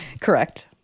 Correct